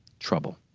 trouble.